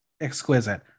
exquisite